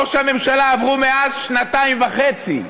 ראש הממשלה, עברו מאז שנתיים וחצי.